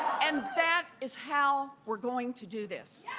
and that is how we are going to do this.